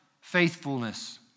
faithfulness